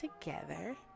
together